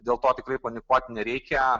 dėl to tikrai panikuot nereikia